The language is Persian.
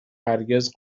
هرگز